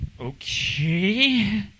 okay